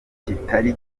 kitari